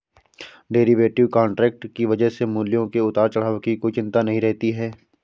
derivative contract की वजह से मूल्यों के उतार चढ़ाव की कोई चिंता नहीं रहती है